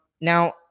Now